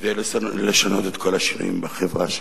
כדי לשנות את כל השינויים בחברה שלנו.